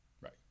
right